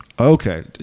Okay